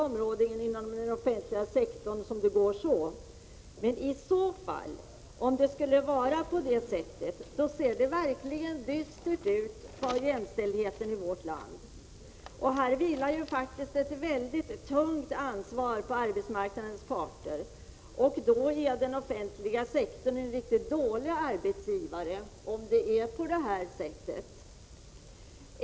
Om det skulle vara på det sättet, ser det verkligt dystert ut för jämställdheten i vårt land. I så fall är den offentliga sektorn en riktigt dålig arbetsgivare. Här vilar faktiskt ett tungt ansvar på arbetsmarknadens parter.